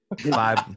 five